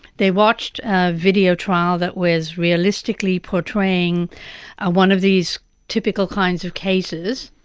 they watched a video trial that was realistically portraying ah one of these typical kinds of cases.